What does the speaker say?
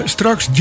Straks